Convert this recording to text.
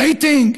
רייטינג?